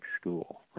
school